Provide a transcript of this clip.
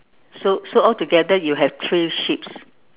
so so altogether you have three sheeps